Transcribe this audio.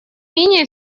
менее